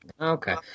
Okay